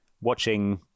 watching